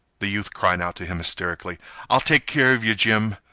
the youth cried out to him hysterically i ll take care of yeh, jim!